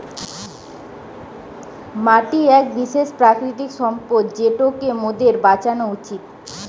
মাটি এক বিশেষ প্রাকৃতিক সম্পদ যেটোকে মোদের বাঁচানো উচিত